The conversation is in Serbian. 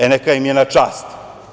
E, neka im je na čast.